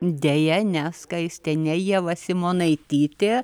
deja ne skaistė ne ieva simonaitytė